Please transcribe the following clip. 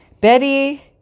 Betty